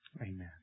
Amen